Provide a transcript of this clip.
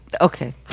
okay